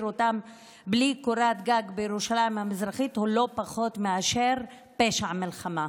אותם בלי קורת גג בירושלים המזרחית הוא לא פחות מאשר פשע מלחמה.